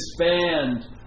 expand